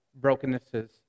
brokennesses